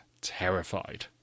terrified